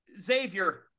Xavier